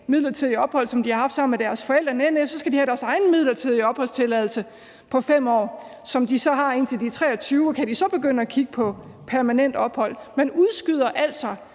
midlertidig opholdstilladelse, som de har haft sammen med deres forældre. Næ, næ, så skal de have deres egen midlertidige opholdstilladelse på 5 år, som de så har, indtil de er 23 år og så kan begynde at kigge på permanent ophold. Man udskyder altså